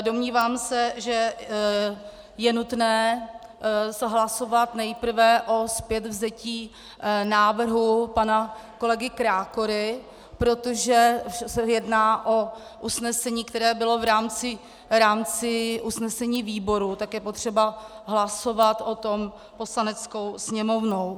Domnívám se, že je nutné zahlasovat nejprve o zpětvzetí návrhu pana kolegy Krákory, protože se jedná o usnesení, které bylo v rámci usnesení výboru, tak je potřeba hlasovat o tom Poslaneckou sněmovnou.